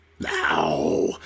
Now